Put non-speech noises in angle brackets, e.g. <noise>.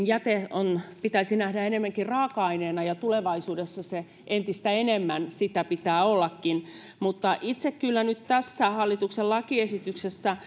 <unintelligible> jäte pitäisi nähdä enemmänkin raaka aineena ja tulevaisuudessa sen entistä enemmän sitä pitää ollakin silti itse kyllä nyt tässä hallituksen lakiesityksessä <unintelligible>